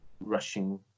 rushing